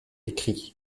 écrits